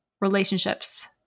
relationships